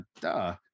duh